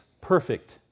perfect